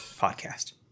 podcast